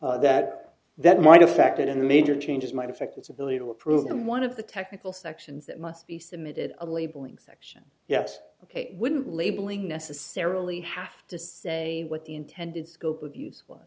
that that might affect and major changes might affect its ability to approve them one of the technical sections that must be submitted a labeling section yes ok wouldn't labeling necessarily have to say what the intended scope of use